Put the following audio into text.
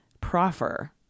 proffer